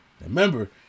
Remember